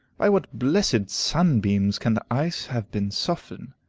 by what blessed sunbeams can the ice have been softened,